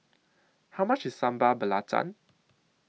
How much IS Sambal Belacan